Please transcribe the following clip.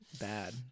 bad